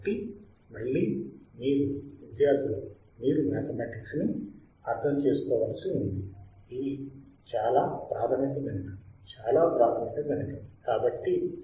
కాబట్టి మళ్ళీ మీరు విద్యార్థులు మీరు మాధమాటిక్స్ ని అర్థం చేసుకోవలసి ఉంది ఇవి చాలా ప్రాథమిక గణితం చాలా ప్రాథమిక గణితం